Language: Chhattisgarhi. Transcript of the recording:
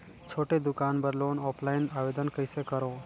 छोटे दुकान बर लोन ऑफलाइन आवेदन कइसे करो?